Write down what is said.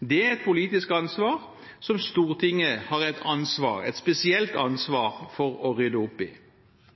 Det er et politisk ansvar, som Stortinget har et spesielt ansvar for å rydde opp i.